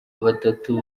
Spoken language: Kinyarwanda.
batatu